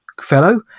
fellow